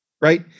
right